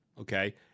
okay